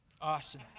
Awesome